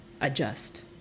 adjust